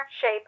shape